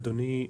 אדוני,